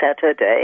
Saturday